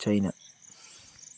China